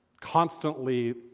constantly